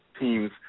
teams